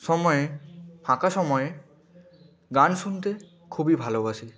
সময়ে ফাঁকা সময়ে গান শুনতে খুবই ভালোবাসি